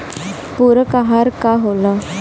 पुरक अहार का होला?